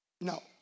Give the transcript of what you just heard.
No